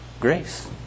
grace